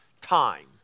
time